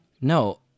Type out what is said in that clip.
No